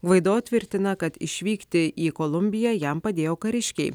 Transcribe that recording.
gvaido tvirtina kad išvykti į kolumbiją jam padėjo kariškiai